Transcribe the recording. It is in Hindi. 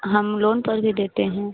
हम लोन पर भी देते हैं